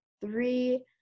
Three